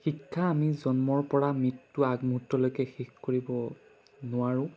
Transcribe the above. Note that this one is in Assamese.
শিক্ষা আমি জন্মৰ পৰা মৃত্যু আগমুহূৰ্তলৈকে শেষ কৰিব নোৱাৰোঁ